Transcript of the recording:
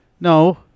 No